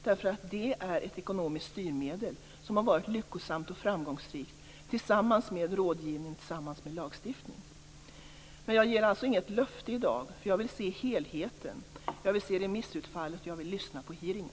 Därför att det är ett ekonomiskt styrmedel som har varit lyckosamt och framgångsrikt tillsammans med rådgivning och lagstiftning. Men jag ger alltså inget löfte i dag, för jag vill se helheten, jag vill se remissutfallet och jag vill lyssna på hearingen.